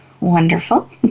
wonderful